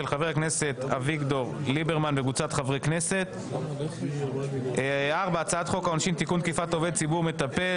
של חה"כ אביגדור ליברמן וקבוצת חברי הכנסת; 4. הצעת חוק העונשין (תיקון - תקיפת עובד ציבור מטפל),